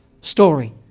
story